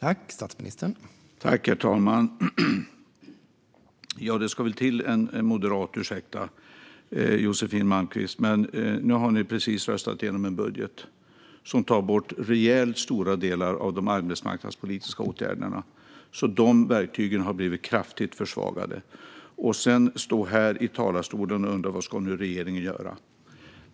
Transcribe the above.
Herr talman! Ja, det ska väl till en moderat för att ställa en sådan fråga. Ursäkta, Josefin Malmqvist, men nu har ni precis röstat igenom en budget som tar bort rejält stora delar av de arbetsmarknadspolitiska åtgärderna. De verktygen har alltså blivit kraftigt försvagade. Sedan står ni här i talarstolen och undrar vad regeringen ska göra.